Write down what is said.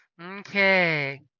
Okay